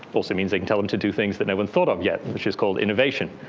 also means they can tell them to do things that no one's thought of yet, which is called innovation.